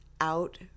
out